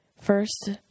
First